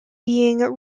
being